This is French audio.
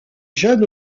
jeune